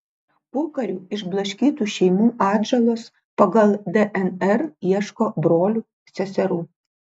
pokariu išblaškytų šeimų atžalos pagal dnr ieško brolių seserų